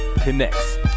Connects